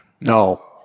No